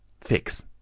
Fix